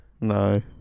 No